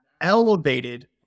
elevated